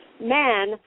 men